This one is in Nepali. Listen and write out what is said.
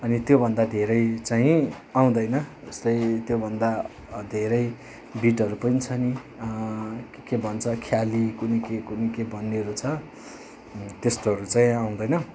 अनि त्योभन्दा धेरै चाहिँ आउँदैन जस्तै त्योभन्दा धेरै विटहरू पनि छ नि के भन्छ ख्याली कुनि के कुनि के भन्नेहरू छ अनि त्यस्तोहरू चाहिँ आउँदैन